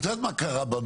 ואת יודעת מה קרה במטרו?